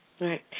Right